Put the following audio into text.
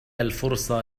الفرصة